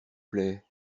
plaît